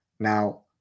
Now